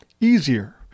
easier